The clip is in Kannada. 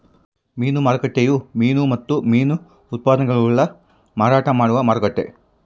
ಮೀನು ಮಾರುಕಟ್ಟೆಯು ಮೀನು ಮತ್ತು ಮೀನು ಉತ್ಪನ್ನಗುಳ್ನ ಮಾರಾಟ ಮಾಡುವ ಮಾರುಕಟ್ಟೆ